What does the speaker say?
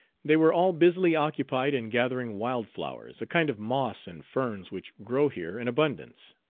they were all busily occupied in gathering wild flowers, a kind of moss and ferns which grow here in abundance.